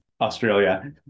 Australia